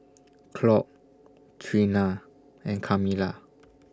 Claud Treena and Camilla